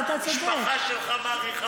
המשפחה שלך מעריכה אותך.